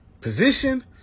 position